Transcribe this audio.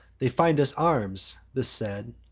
they find us arms this said,